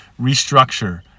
restructure